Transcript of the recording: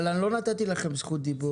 אבל אני לא נתתי לכם זכות דיבור.